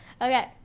Okay